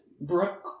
Brooke